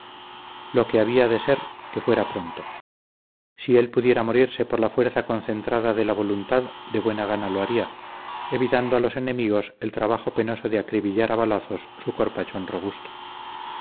lo que había de ser que fuera pronto si él pudiera morirse por la fuerza concentrada de la voluntad de buena gana lo haría evitando a los enemigos el trabajo penoso de acribillar a balazos su corpachón robusto